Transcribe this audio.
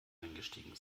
eingestiegen